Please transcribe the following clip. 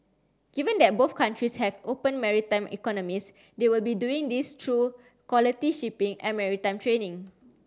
given that both countries have open maritime economies they will be doing this through quality shipping and maritime training